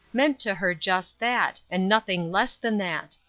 meant to her just that, and nothing less than that.